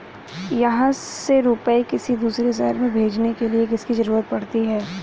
यहाँ से रुपये किसी दूसरे शहर में भेजने के लिए किसकी जरूरत पड़ती है?